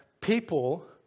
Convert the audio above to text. people